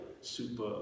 super